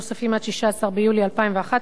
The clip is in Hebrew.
עד 16 ביולי 2011,